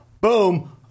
Boom